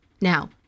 Now